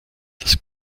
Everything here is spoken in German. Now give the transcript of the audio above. das